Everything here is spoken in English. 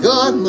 God